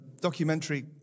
documentary